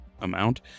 amount